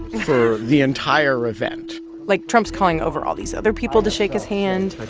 for the entire event like, trump's calling over all these other people to shake his hand but